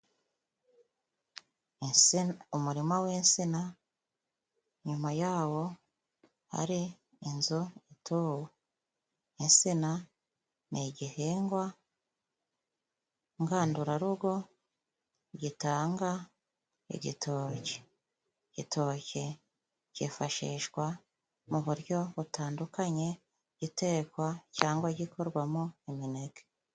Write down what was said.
Insina umurima w'insina inyuma yawo hari inzu ituwe. Insina ni igihingwa ngandurarugo gitanga igitoki, igitoki cyifashishwa mu buryo butandukanye gitekwa cyangwa gikorwamo imineke.